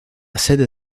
sede